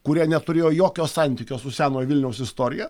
kurie neturėjo jokio santykio su senojo vilniaus istorija